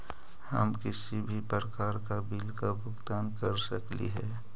हम किसी भी प्रकार का बिल का भुगतान कर सकली हे?